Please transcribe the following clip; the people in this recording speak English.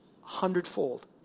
hundredfold